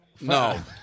No